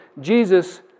Jesus